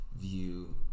view